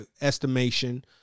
estimation